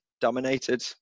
dominated